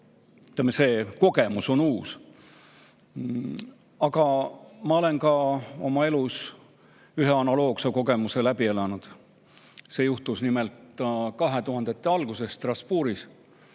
see kogemus on uus. Aga ma olen ka oma elus ühe analoogse kogemuse läbi elanud. See juhtus nimelt 2000-ndate alguses Strasbourgis,